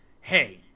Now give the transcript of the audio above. Hey